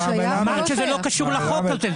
אמרת שזה לא קשור לחוק הזה.